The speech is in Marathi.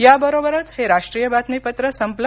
याबरोबरच हे राष्ट्रीय बातमीपत्र संपलं